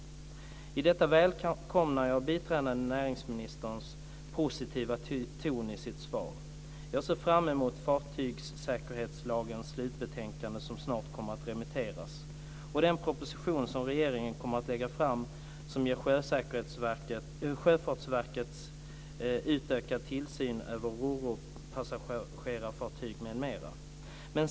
I detta välkomnar jag biträdande näringsministerns positiva ton i sitt svar. Jag ser fram emot slutbetänkandet om översynen av fartygssäkerhetslagen, som snart kommer att remitteras, och den proposition som regeringen kommer att lägga fram som ger Sjöfartsverket utökad tillsyn över roropassagerarfartyg m.m.